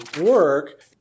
work